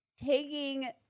taking